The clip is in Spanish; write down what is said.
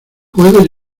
puedo